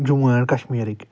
Jammu and کشمیٖرک